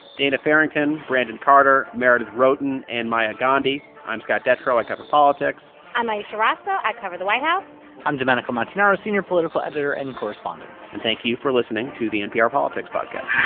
dana farrington, brandon carter, meredith roten and maya gandhi. i'm scott detrow. i cover politics i'm ayesha rascoe. i cover the white house i'm domenico montanaro, senior political editor and correspondent and thank you for listening to the npr politics podcast